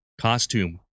costume